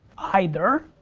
either